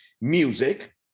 music